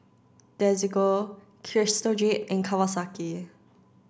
Desigual Crystal Jade and Kawasaki